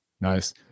Nice